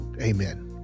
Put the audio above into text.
amen